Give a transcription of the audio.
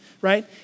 right